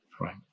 Right